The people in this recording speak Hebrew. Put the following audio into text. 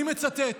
אני מצטט: